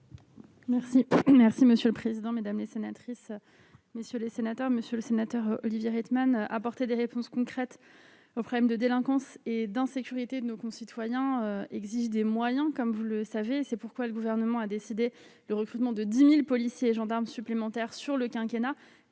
déléguée. Monsieur le président, mesdames, messieurs les sénateurs, monsieur Olivier Rietmann, apporter des réponses concrètes aux problèmes de délinquance et d'insécurité de nos concitoyens exige des moyens. C'est pourquoi le Gouvernement a décidé le recrutement de 10 000 policiers et gendarmes supplémentaires sur le quinquennat